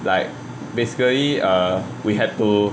like basically err we had to